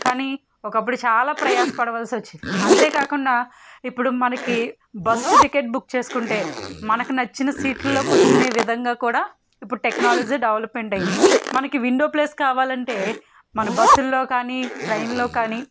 కానీ ఒకప్పుడు చాలా ప్రయాస పడవలసి వచ్చేది అంతేకాకుండా ఇప్పుడు మనకి బస్ టికెట్ బుక్ చేసుకుంటే మనకు నచ్చిన సీట్లలో కూర్చునే విధంగా కూడా ఇప్పుడు టెక్నాలజీ డెవలప్మెంట్ అయింది మనకి విండో ప్లేస్ కావాలంటే మన బస్సులలో కానీ ట్రైనులలో కానీ